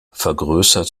vergrößert